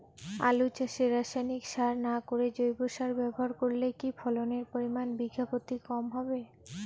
আলু চাষে রাসায়নিক সার না করে জৈব সার ব্যবহার করলে কি ফলনের পরিমান বিঘা প্রতি কম হবে?